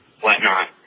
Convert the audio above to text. whatnot